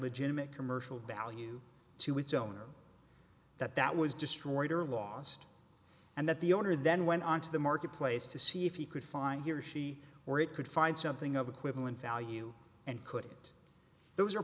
legitimate commercial value to its owner that that was destroyed or lost and that the owner then went on to the marketplace to see if he could find here she or it could find something of equivalent value and could those are